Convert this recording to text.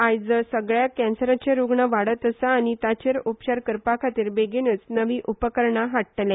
आयज सगळ्याक कॅन्सराचे रूग्ण वाडत आसा आनी ताचे उपचार करपाखातीर बेगीनच नवी उपकरणा हाडटल्ले